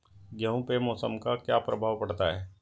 गेहूँ पे मौसम का क्या प्रभाव पड़ता है?